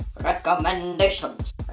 Recommendations